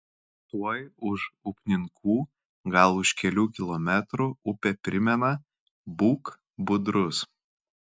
tuoj už upninkų gal už kelių kilometrų upė primena būk budrus